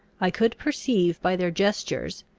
i could perceive by their gestures,